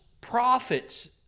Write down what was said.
prophets